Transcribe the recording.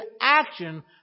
action